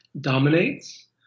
dominates